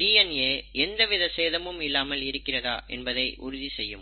DNA எந்த வித சேதமும் இல்லாமல் இருக்கிறதா என்பதை உறுதி செய்யும்